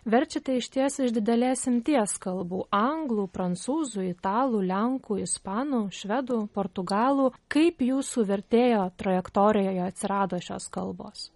verčiate išties iš didelės imties kalbų anglų prancūzų italų lenkų ispanų švedų portugalų kaip jūsų vertėjo trajektorijoje atsirado šios kalbos